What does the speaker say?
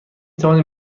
توانیم